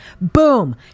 Boom